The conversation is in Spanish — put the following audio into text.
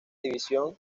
división